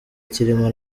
kirimo